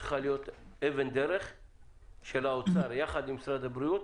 וצריכה להיות אבן דרך של האוצר יחד עם משרד הבריאות